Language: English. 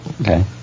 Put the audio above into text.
Okay